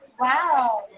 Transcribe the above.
Wow